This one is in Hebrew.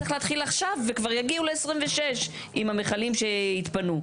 צריך להתחיל עכשיו וכבר יגיעו ל-2026 עם המכלים שיתפנו.